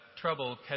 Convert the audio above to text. trouble